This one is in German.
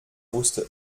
wusste